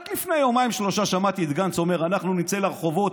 רק לפני יומיים-שלושה שמעתי את גנץ אומר: אנחנו נצא לרחובות,